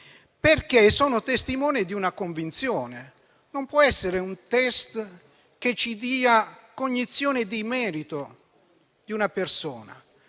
perché sono testimone di una convinzione: non può essere un test a darci cognizione del merito di una persona.